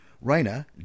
Rainer